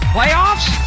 Playoffs